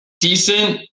decent